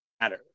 matter